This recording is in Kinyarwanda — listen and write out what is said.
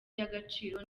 y’agaciro